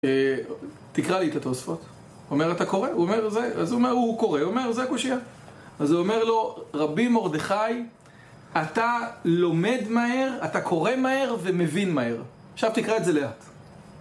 תקרא לי את התוספות. אומר אתה קורא, הוא אומר זה, אז הוא אומר הוא קורא, הוא אומר זה קושיה. אז הוא אומר לו - רבי מרדכי אתה לומד מהר אתה קורא מהר ומבין מהר. עכשיו תקרא את זה לאט.